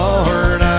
Lord